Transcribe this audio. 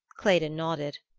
claydon nodded.